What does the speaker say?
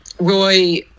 Roy